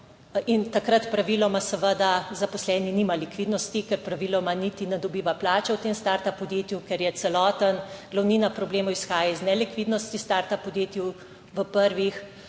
In takrat praviloma seveda zaposleni nima likvidnosti, ker praviloma niti ne dobiva plače v tem startup podjetju, ker glavnina problemov izhaja iz nelikvidnosti v startup podjetju v prvih